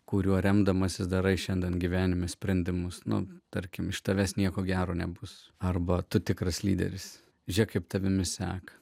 kuriuo remdamasis darai šiandien gyvenime sprendimus na tarkim iš tavęs nieko gero nebus arba tu tikras lyderis žėk kaip tavimi seka